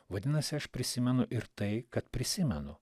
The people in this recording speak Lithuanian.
vadinasi aš prisimenu ir tai kad prisimenu